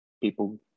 people